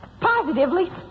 Positively